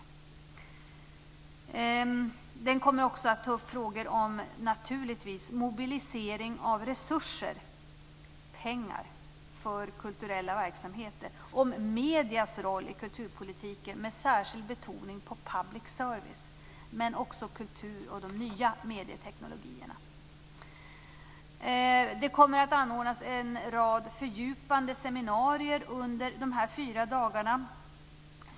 Konferensen kommer naturligtvis också att ta upp frågor som mobilisering av resurser, pengar, för kulturella verksamheter, mediernas roll i kulturpolitiken, med särskild betoning på public service men också kultur och de nya medieteknikerna. Det kommer att anordnas en rad fördjupande seminarier under dessa fyra dagar.